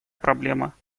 проблема